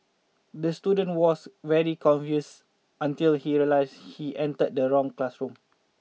the student was very confuse until he realise he enter the wrong classroom